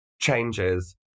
changes